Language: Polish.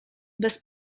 bez